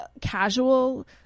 casual